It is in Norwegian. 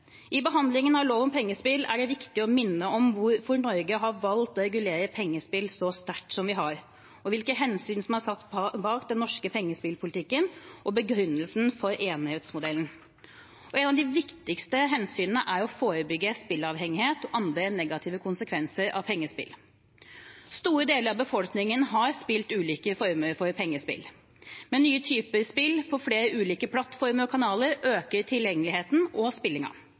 I behandlingen av lov om pengespill er det viktig å minne om hvorfor Norge har valgt å regulere pengespill så sterkt som vi har, hensynene bak den norske pengespillpolitikken og begrunnelsen for enerettsmodellen. Et av de viktigste hensynene er å forebygge spilleavhengighet og andre negative konsekvenser av pengespill. Store deler av befolkningen har spilt ulike former for pengespill. Men nye typer spill, på flere ulike plattformer og kanaler, øker tilgjengeligheten og